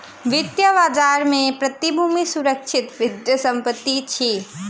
वित्तीय बजार में प्रतिभूति सुरक्षित वित्तीय संपत्ति अछि